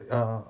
err